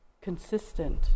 consistent